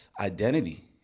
identity